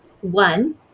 one